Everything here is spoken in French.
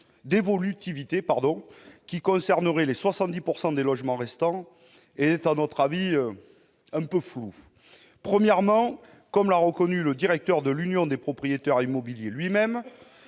d'« évolutivité », qui concernerait les 70 % de logements restants, est à notre avis un peu flou. Tout d'abord, comme l'a reconnu le directeur de l'Union nationale des propriétaires immobiliers lui-même,